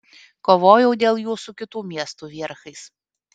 kovojau dėl jų su kitų miestų vierchais